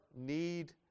need